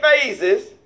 phases